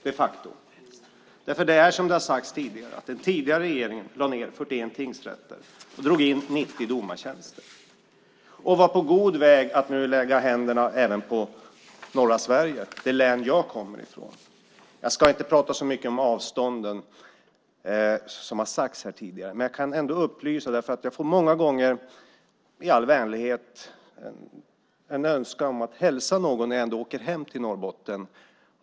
Det är så som har sagts tidigare: Den tidigare regeringen lade ned 41 tingsrätter och drog in 90 domartjänster. Man var på god väg att nu lägga händerna även på norra Sverige och det län jag kommer ifrån. Jag ska inte prata så mycket om avstånden, som har tagits upp här tidigare, men jag kan ändå upplysa om en sak. Jag får många gånger, i all vänlighet, höra en önskan om att hälsa till någon, när jag ändå åker hem till Norrbotten.